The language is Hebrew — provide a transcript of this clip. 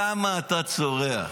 למה אתה צורח?